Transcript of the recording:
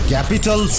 Capital